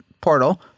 portal